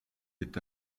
est